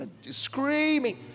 screaming